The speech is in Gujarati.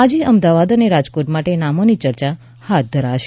આજે અમદાવાદ અને રાજકોટ માટે નામોની ચર્ચા હાથ ધરાશે